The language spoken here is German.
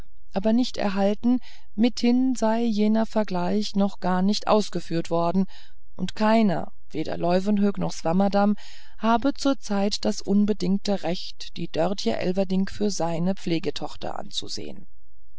aber nicht erhalten mithin sei jener vergleich noch gar nicht ausgeführt worden und keiner weder leuwenhoek noch swammerdamm habe zurzeit das unbedingte recht die dörtje elverdink für seine pflegetochter anzusehen